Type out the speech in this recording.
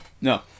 No